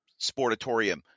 Sportatorium